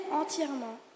entièrement